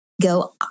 Go